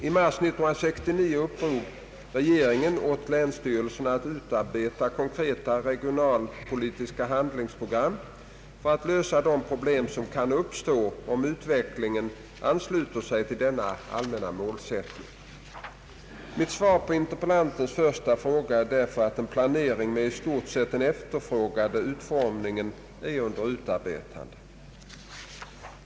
I mars 1969 uppdrog regeringen åt länsstyrelserna att utarbeta konkreta regionalpolitiska handlingsprogram för att lösa de problem som kan uppstå om utvecklingen ansluter till denna allmänna målsättning. Mitt svar på interpellantens första fråga är därför att en planering med i stort sett den efterfrågade utformningen är under utarbetande.